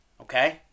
okay